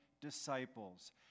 disciples